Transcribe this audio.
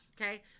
okay